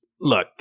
look